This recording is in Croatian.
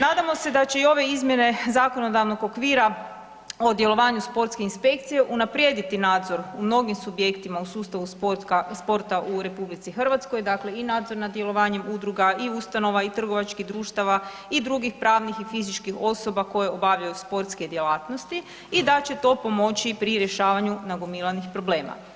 Nadamo se da će i ove izmjene zakonodavnog okvira o djelovanju sportske inspekcije unaprijediti nadzor u mnogim subjektima u sustavu sporta u RH, dakle i nadzor nad djelovanjem udruga i ustanova i trgovačkih društava i drugih pravnih i fizičkih osoba koje obavljaju sportske djelatnosti i da će to pomoći pri rješavanju nagomilanih problema.